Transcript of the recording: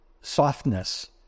softness